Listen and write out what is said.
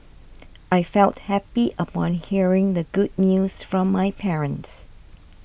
I felt happy upon hearing the good news from my parents